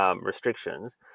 Restrictions